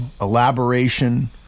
elaboration